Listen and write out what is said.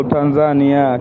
Tanzania